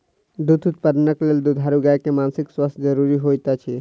दूध उत्पादनक लेल दुधारू गाय के मानसिक स्वास्थ्य ज़रूरी होइत अछि